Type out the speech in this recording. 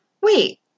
wait